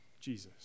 Jesus